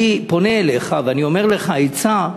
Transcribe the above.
אני פונה אליך ואני אומר לך עצה: